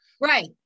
Right